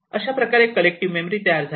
याप्रकारे collective memory तयार झाली